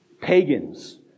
pagans